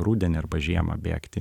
rudenį arba žiemą bėgti